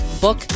book